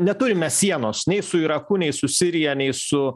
neturime sienos nei su iraku nei su sirija nei su